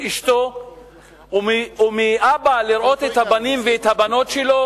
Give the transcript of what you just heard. אשתו ומאבא לראות את הבנים ואת הבנות שלו?